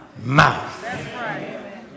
mouth